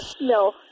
no